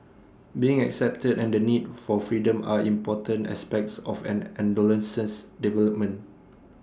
being accepted and the need for freedom are important aspects of an adolescent's development